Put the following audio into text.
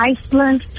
Iceland